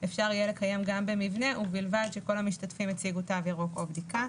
אפשר יהיה לקיים גם במבנה ובלבד שכל המשתתפים יציגו תו ירוק או בדיקה.